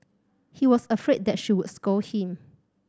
he was afraid that she would scold him